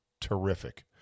terrific